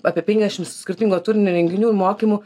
apie penkiasdešims skirtingo turinio renginių mokymų